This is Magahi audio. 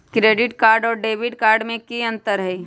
क्रेडिट कार्ड और डेबिट कार्ड में की अंतर हई?